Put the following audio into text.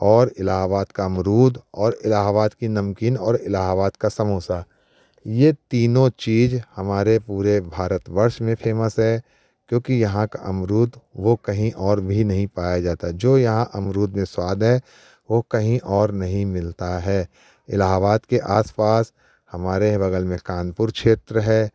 और इलाहाबाद का अमरूद और इलाहाबाद कि नमकीन और इलाहाबाद का समोसा ये तीनों चीज हमारे पूरे भारत वर्ष में फेमस है क्योंकि यहाँ का अमरूद वो कहीं और भी नहीं पाया जाता है जो यहाँ अमरूद में स्वाद है वो कहीं और नहीं मिलता है इलाहाबाद के आसपास हमारे ही बगल में कानपुर क्षेत्र है